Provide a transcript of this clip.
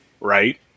right